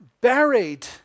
buried